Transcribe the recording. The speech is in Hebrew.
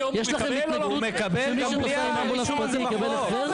יש לכם התנגדות שמי שנוסע עם אמבולנס פרטי יקבל החזר?